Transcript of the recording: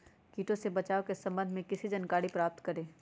किटो से बचाव के सम्वन्ध में किसी जानकारी प्राप्त करें?